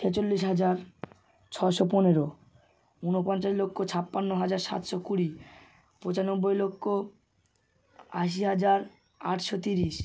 ছেচল্লিশ হাজার ছশো পনেরো উনপঞ্চাশ লক্ষ ছাপ্পান্ন হাজার সাতশো কুড়ি পঁচানব্বই লক্ষ আশি হাজার আটশো তিরিশ